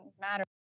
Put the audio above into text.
matter